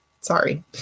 sorry